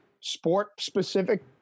Sport-specific